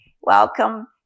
Welcome